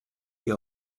ihr